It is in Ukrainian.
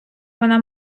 вона